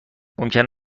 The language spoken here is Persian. ممکن